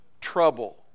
trouble